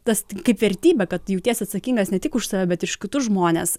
tas kaip vertybė kad jauties atsakingas ne tik už save bet ir už kitus žmones